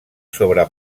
sobre